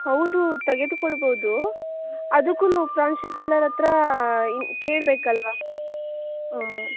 ಹೌದು ತೆಗೆದ್ಕೊಳ್ಳಬಹುದು ಅದಕ್ಕೂನು ಪ್ರಾಂಶುಪಾಲರ ಹತ್ರ ಕೇಳಬೇಕಲ್ವ ಹ್ಞೂಂ